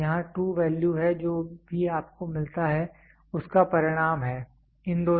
तो यहाँ true value है जो भी आपको मिलता है उसका परिणाम है